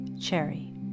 Cherry